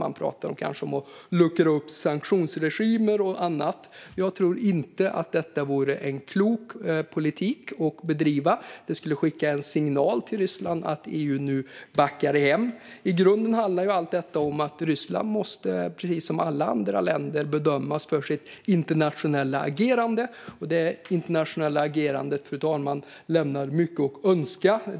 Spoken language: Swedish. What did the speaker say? Man pratar om att kanske luckra upp sanktionsregimer och annat. Jag tror inte att detta vore en klok politik att bedriva. Det skulle skicka en signal till Ryssland att EU nu backar hem. I grunden handlar detta om att Ryssland precis som alla andra länder måste bedömas för sitt internationella agerande. Det internationella agerandet lämnar mycket att önska, fru talman.